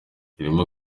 irimo